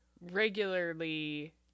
regularly